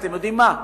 אתם יודעים מה?